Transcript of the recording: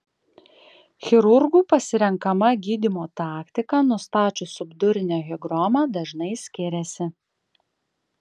chirurgų pasirenkama gydymo taktika nustačius subdurinę higromą dažnai skiriasi